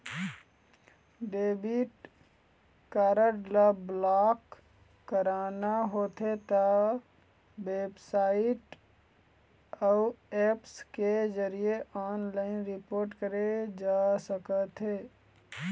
debit card ल block कराना होथे त बेबसाइट अउ ऐप्स के जरिए ऑनलाइन रिपोर्ट करे जा सकथे